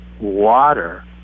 water